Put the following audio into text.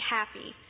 happy